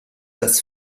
das